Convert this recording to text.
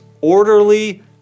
orderly